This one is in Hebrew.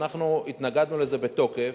ואנחנו התנגדנו לזה בתוקף.